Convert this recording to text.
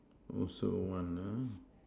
also one uh